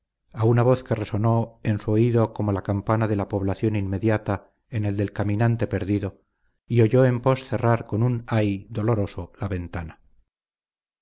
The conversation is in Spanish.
a una voz que resonó en su oído como la campana de la población inmediata en el del caminante perdido y oyó en pos cerrar con un ay doloroso la ventana